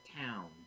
town